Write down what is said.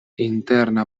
interna